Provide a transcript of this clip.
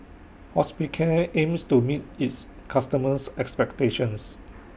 Hospicare aims to meet its customers' expectations